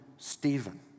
Stephen